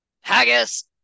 haggis